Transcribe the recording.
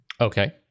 Okay